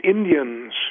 Indians